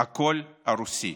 הקול הרוסי.